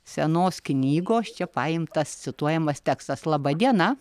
senos knygos čia paimtas cituojamas tekstas laba diena